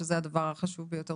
שזה הדבר החשוב ביותר.